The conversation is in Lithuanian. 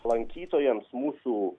lankytojams mūsų